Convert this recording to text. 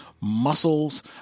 muscles